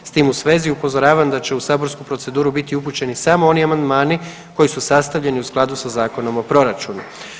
S tim u svezi upozoravam da ću u saborsku proceduru biti upućeni samo oni amandmani koji su sastavljeni u skladu sa Zakonom o proračunu.